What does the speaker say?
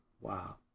Wow